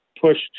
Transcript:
pushed